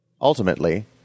Ultimately